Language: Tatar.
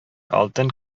алтын